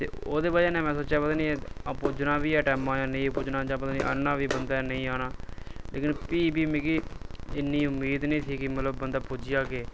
ते ओह्दी बजह कन्नै में सोचेआ पता एह् पुज्जना बी ऐ निं टैमै दा नेईं पुज्जना जां पता न नेई करना बी पौंदा ऐ लेकिन प्ही बी मिगी इन्नी उम्मीद निं थी कि मतलब बंदा पुज्जी जाह्ग